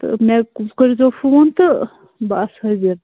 تہٕ مےٚ کٔرۍزٮ۪و فون تہٕ بہٕ آسہٕ حٲظر